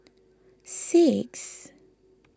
six